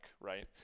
right